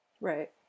Right